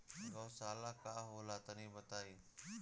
गौवशाला का होला तनी बताई?